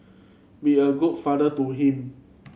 be a good father to him